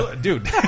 Dude